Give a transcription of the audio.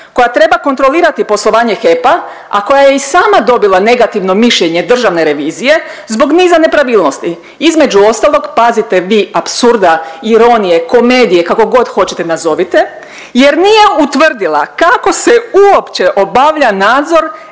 koja treba kontrolirati poslovanje HEP-a, a koja je i sama dobila negativno mišljenje Državne revizije zbog niza nepravilnosti. Između ostalog pazite vi apsurda, ironije, komedije kako god hoćete nazovite jer nije utvrdila kako se uopće obavlja nadzor